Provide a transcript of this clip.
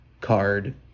card